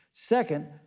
Second